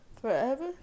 Forever